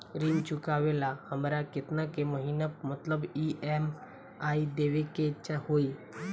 ऋण चुकावेला हमरा केतना के महीना मतलब ई.एम.आई देवे के होई?